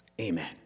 Amen